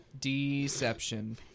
Deception